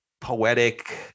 poetic